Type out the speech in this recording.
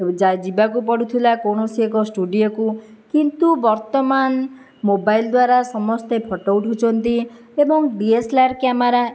ଯି ଯିବାକୁ ପଡ଼ୁଥିଲା କୌଣସି ଏକ ଷ୍ଟୁଡ଼ିଓକୁ କିନ୍ତୁ ବର୍ତ୍ତମାନ ମୋବାଇଲ ଦ୍ଵାରା ସମସ୍ତେ ଫଟୋ ଉଠଉଛନ୍ତି ଏବଂ D S L R camera